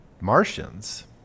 Martians